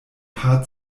paar